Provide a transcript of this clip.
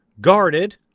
guarded